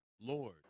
Lord